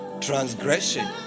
transgression